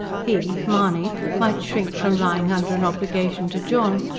he, mahony, might shrink from lying under an obligation to john,